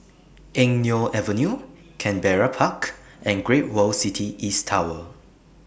Eng Neo Avenue Canberra Park and Great World City East Tower